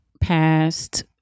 past